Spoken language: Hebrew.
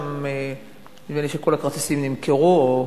נדמה לי שכל הכרטיסים נמכרו, או